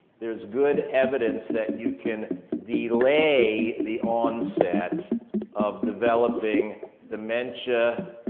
there's good evidence that you can delay the onset of developing dementia,